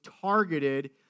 targeted